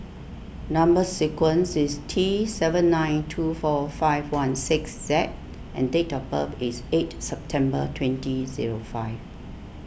Number Sequence is T seven nine two four five one six Z and date of birth is eight September twenty zero five